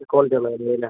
ക്വാളിറ്റിയുള്ളത് മതിയല്ലേ